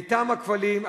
מטעם הכבלים,